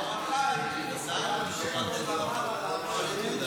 אור החיים, אמר עליו.